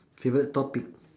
favourite topic